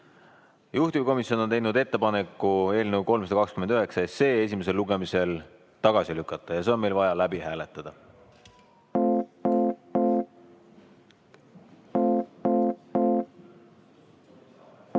Juhtivkomisjon on teinud ettepaneku eelnõu 329 esimesel lugemisel tagasi lükata ja seda on meil vaja hääletada.